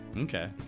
Okay